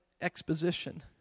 exposition